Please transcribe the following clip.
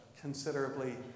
considerably